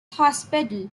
hospital